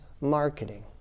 marketing